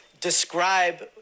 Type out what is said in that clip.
describe